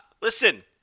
listen